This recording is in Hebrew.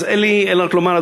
אז אין לי אלא רק לומר,